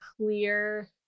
clear